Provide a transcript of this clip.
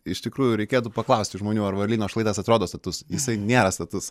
iš tikrųjų reikėtų paklausti žmonių ar varlyno šlaitas atrodo status jisai nėra status